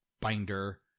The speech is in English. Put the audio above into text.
binder